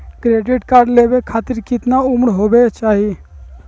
Credit card लेवे खातीर कतना उम्र होवे चाही?